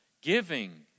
giving